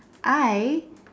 I